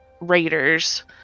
Raiders